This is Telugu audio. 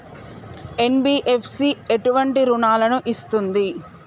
ఎన్.బి.ఎఫ్.సి ఎటువంటి రుణాలను ఇస్తుంది?